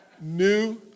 new